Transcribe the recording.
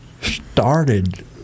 started